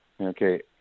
okay